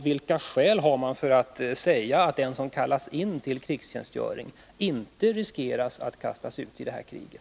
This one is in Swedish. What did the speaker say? Vilka skäl har man för att säga att en som kallas in till krigstjänstgöring inte riskerar att kastas ut i det här kriget?